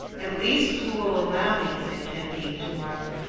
at least you will allow me, said candide to martin,